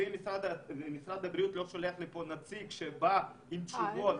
אם משרד הבריאות לא שולח לפה נציג עם תשובות